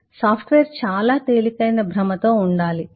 software చాలా తేలికైన భ్రమతో ఉండాలి